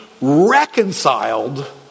reconciled